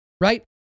right